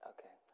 Okay